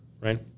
right